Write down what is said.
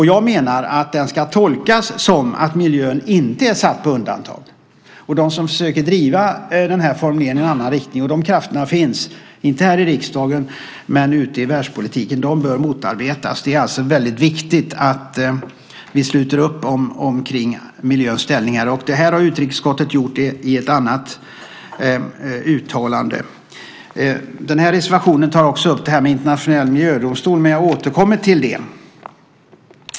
Jag menar att den ska tolkas som att miljön inte är satt på undantag. De som försöker driva formuleringen i en annan riktning - de krafterna finns, inte här i riksdagen men ute i världspolitiken - bör motarbetas. Det är viktigt att vi sluter upp kring miljöns ställning. Utrikesutskottet har gjort det i ett annat uttalande. Reservationen tar också upp frågan om en internationell miljödomstol. Jag återkommer till frågan.